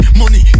money